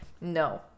no